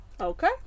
Okay